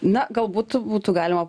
na gal būtų būtų galima